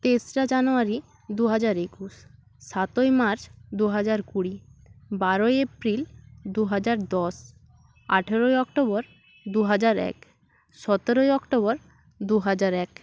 তেসরা জানুয়ারি দুহাজার একুশ সাতই মার্চ দুহাজার কুড়ি বারোই এপ্রিল দুহাজার দশ আঠেরোই অক্টোবর দুহাজার এক সতেরোই অক্টোবর দুহাজার এক